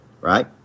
right